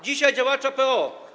Dzisiaj działacza PO.